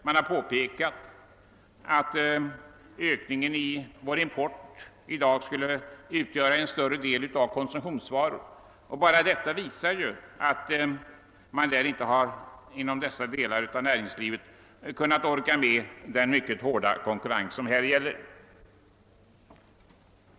Man har påpekat att ökningen av vår import i dag till större delen skulle avse konsumtionsvaror och bara detta visar att företagen inom dessa delar av näringslivet inte orkat med den mycket hårda konkurrensen.